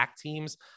teams